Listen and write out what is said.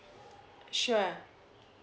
sure